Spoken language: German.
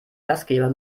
gastgeber